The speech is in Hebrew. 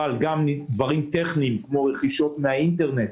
אבל גם דברים טכניים, כמו רכישות מן האינטרנט,